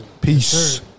Peace